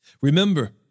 Remember